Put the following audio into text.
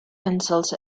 insults